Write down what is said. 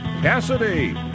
Cassidy